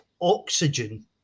oxygen